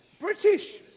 British